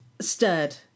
Stirred